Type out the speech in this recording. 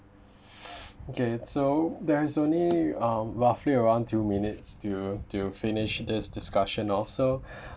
okay so there's only uh roughly around two minutes to to finish this discussion off so